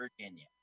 Virginia